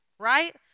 Right